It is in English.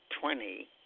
twenty